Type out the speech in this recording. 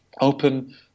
open